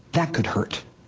that could hurt.